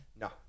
No